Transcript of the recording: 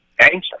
anxious